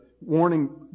warning